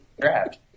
draft